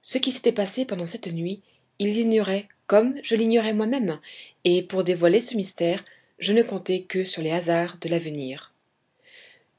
ce qui s'était passé pendant cette nuit ils l'ignoraient comme je l'ignorais moi-même et pour dévoiler ce mystère je ne comptais que sur les hasards de l'avenir